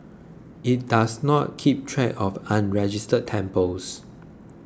it does not keep track of unregistered temples